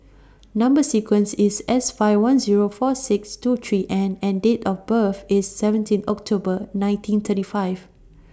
Number sequence IS S five one Zero four six two three N and Date of birth IS seventeen October nineteen thirty five